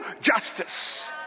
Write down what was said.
justice